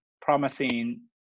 promising